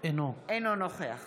אינו נוכח